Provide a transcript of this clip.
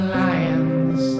lions